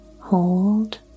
Hold